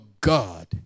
God